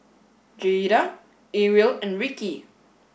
Jaeda Arielle and Ricki